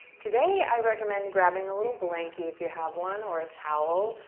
today i recommend grabbing a little blanky if you have one or a towel.